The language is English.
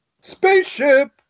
Spaceship